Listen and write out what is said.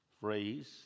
phrase